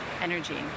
energy